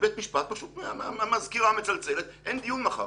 בבית המשפט פשוט המזכירה מצלצלת ואין דיון מחר.